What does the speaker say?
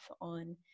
on